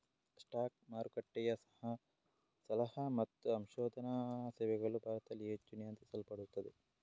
stock ಮಾರುಕಟ್ಟೆಯ ಸಲಹಾ ಮತ್ತು ಸಂಶೋಧನಾ ಸೇವೆಗಳು ಭಾರತದಲ್ಲಿ ಹೆಚ್ಚು ನಿಯಂತ್ರಿಸಲ್ಪಡುತ್ತವೆ